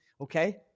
okay